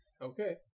okay